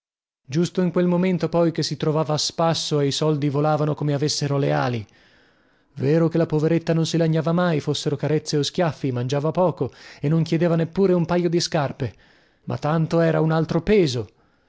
giusto in quel momento poi che si trovava a spasso e i soldi volavano come avessero le ali vero che la poveretta non si lagnava mai fossero carezze o schiaffi mangiava poco e non chiedeva neppure un paio di scarpe ma tanto era un altro peso